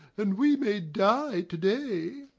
and we may die to-day.